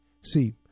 See